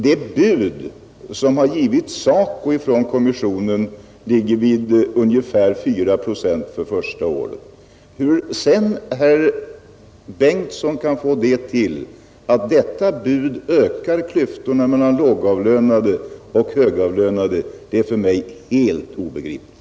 Det bud som getts SACO från kommissionen ligger vid ungefär 4 procent för första året. Hur herr Bengtson kan få det till att detta bud ökar klyftorna mellan lågavlönade och högavlönade är för mig helt obegripligt.